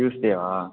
டியூஸ்டேவா